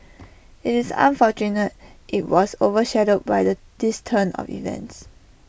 IT is unfortunate IT was over shadowed by the this turn of events